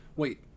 wait